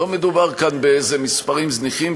לא מדובר כאן באיזה מספרים זניחים.